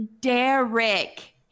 Derek